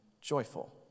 joyful